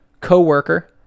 co-worker